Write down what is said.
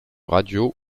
radio